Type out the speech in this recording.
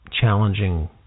challenging